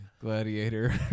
Gladiator